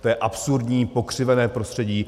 To je absurdní, pokřivené prostředí.